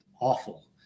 awful